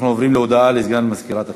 אנחנו עוברים להודעה לסגן מזכירת הכנסת.